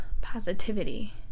positivity